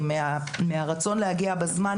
מהרצון להגיע לזמן,